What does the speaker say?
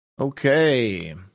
Okay